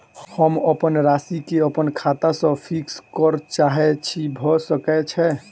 हम अप्पन राशि केँ अप्पन खाता सँ फिक्स करऽ चाहै छी भऽ सकै छै?